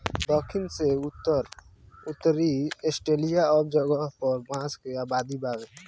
दखिन से उत्तरी ऑस्ट्रेलिआ सब जगह पर बांस के आबादी बावे